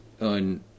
on